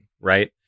right